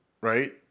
right